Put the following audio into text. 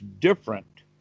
different